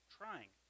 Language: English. trying